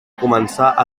començar